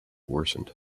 worsened